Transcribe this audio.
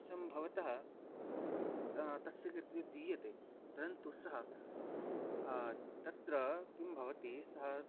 संभवतः त तस्य कृते दीयते परन्तु सः तत्र किं भवति सः